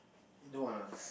you don't want ah